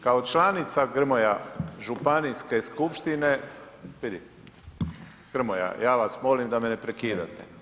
Kao članica Grmoja županijske skupštine, vidi, Grmoja ja vas molim da me ne prekidate.